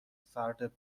فرد